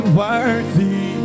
worthy